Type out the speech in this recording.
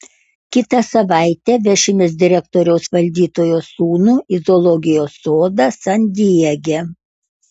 kitą savaitę vešimės direktoriaus valdytojo sūnų į zoologijos sodą san diege